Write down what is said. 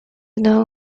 know